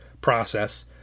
process